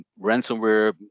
ransomware